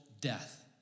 death